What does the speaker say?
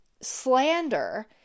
slander